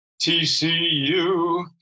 TCU